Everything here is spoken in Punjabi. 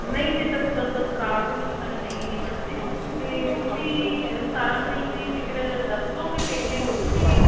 ਨਹੀਂ ਜੀ ਤਤ ਤਤ ਤਤਕਾਲ ਦੇ ਵਿੱਚ ਤਾਂ ਨਹੀਂ ਹੈਗੀ ਮੈਡਮ ਜੀ ਅਤੇ ਤੁਸੀਂ ਸਤਾਰਾਂ ਤਰੀਕ ਦੀ ਟਿਕਟ ਦੱਸ ਦੋਂਗੇ ਵੇਖ ਕੇ ਹੋ ਜਾਵੇਗੀ